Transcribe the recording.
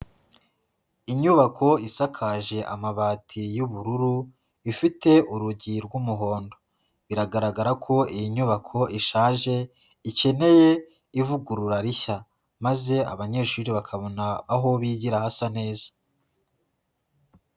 Inyubako isakaje amabati y'ubururu, ifite urugi rw'umuhondo. Biragaragara ko iyi nyubako ishaje, ikeneye ivugurura rishya. Maze abanyeshuri bakabona aho bigira hasa neza.